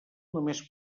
només